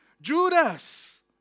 Judas